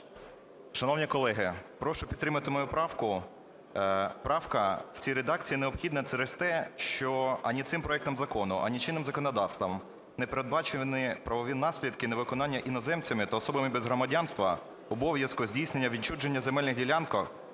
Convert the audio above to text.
Шановні колеги, прошу підтримати мою правку. Правка в цій редакції необхідна через те, що ані цим проектом закону, ані чинним законодавством не передбачені правові наслідки невиконання іноземцями та особами без громадянства обов'язку здійснення відчуження земельних ділянок